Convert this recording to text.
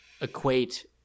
equate